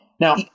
Now